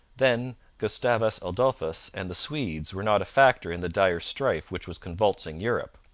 then gustavus adolphus and the swedes were not a factor in the dire strife which was convulsing europe.